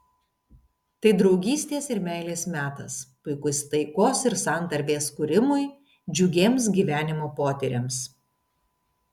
tai draugystės ir meilės metas puikus taikos ir santarvės kūrimui džiugiems gyvenimo potyriams